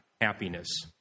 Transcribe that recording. happiness